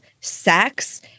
sex